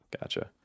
Gotcha